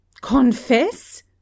Confess